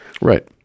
right